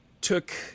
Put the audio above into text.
took